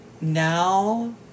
now